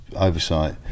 oversight